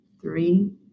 three